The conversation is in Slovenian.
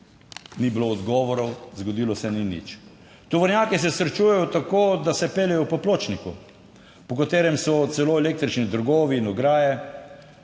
Ni bilo odgovorov. Zgodilo se ni nič. Tovornjaki se srečujejo tako, da se peljejo po pločniku, po katerem so celo električni drogovi in ograje